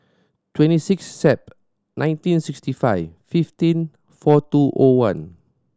twenty six Sep nineteen sixty five fifteen four two O one